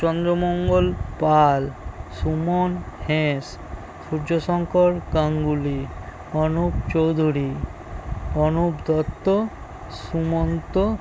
চন্দ্রমঙ্গল পাল সুমন হেঁস সূর্যশঙ্কর গাঙ্গুলী অনুপ চৌধুরী অনুপ দত্ত সুমন্ত